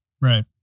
right